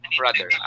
brother